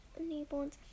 newborns